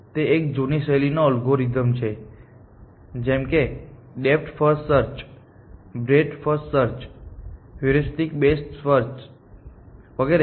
તે એક જૂની શૈલીનો અલ્ગોરિધમ છે જેમ કે depth first search breadth first search heuristic best first search વગેરે